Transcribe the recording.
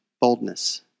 Boldness